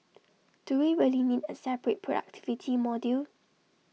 do we really need A separate productivity module